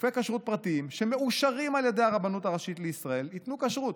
גופי כשרות פרטיים שמאושרים על ידי הרבנות הראשית לישראל ייתנו כשרות.